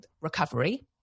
recovery